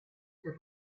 per